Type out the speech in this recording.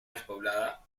despoblada